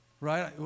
Right